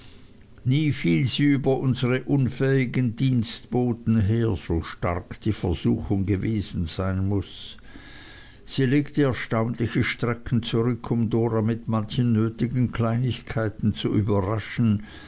sie über unsere unfähigen dienstboten her so stark die versuchung gewesen sein muß sie legte erstaunliche strecken zurück um dora mit manchen nötigen kleinigkeiten zu überraschen